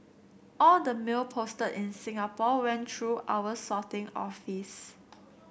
all the mail posted in Singapore went through our sorting office